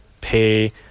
pay